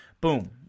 boom